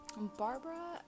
Barbara